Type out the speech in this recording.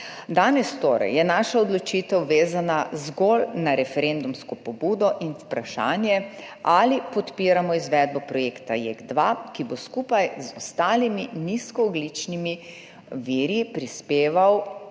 Danes je torej naša odločitev vezana zgolj na referendumsko pobudo in vprašanje, ali podpiramo izvedbo projekta JEK2, ki bo skupaj z ostalimi nizkoogljičnimi viri zagotovil